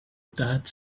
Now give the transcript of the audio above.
that